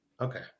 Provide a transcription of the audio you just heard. Okay